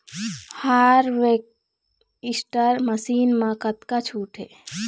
Harvester machine मा कतका छूट हे?